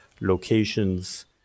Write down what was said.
locations